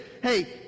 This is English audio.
hey